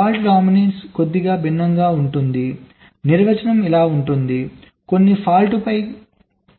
fault dominance కొద్దిగా భిన్నంగా ఉంటుంది నిర్వచనం ఇలా ఉంటుంది కొన్ని ఫాల్ట్ ఫై